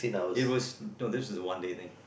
it was no this is a one day thing